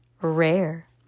Rare